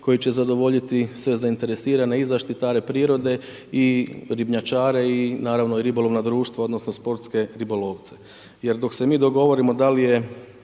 koji će zadovoljiti sve zainteresirane, i zaštitare prirode i ribnjačare i naravno ribolovna društva odnosno sportske ribolovce. Jer, dok se mi dogovorimo da li je